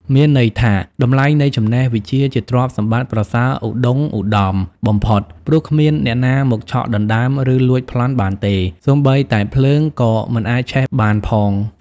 មានន័យថា តម្លៃនៃចំណេះវិជ្ជា ជាទ្រព្យសម្បត្តិប្រសើរឧត្តុង្គឧត្តមបំផុត ព្រោះគ្មានអ្នកណាមកឆក់ដណ្ដើម ឬលួចប្លន់បានទេ សូម្បីតែភ្លើងក៏មិនអាចឆេះបានផង ។